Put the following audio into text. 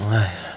why